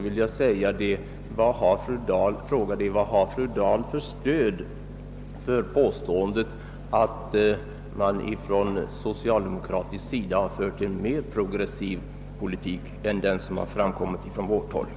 Vad har fru Dahl för övrigt för stöd för påståendet att man från socialdemokratisk sida fört en mera progressiv u-landspolitik än som varit fallet från folkpartiets sida?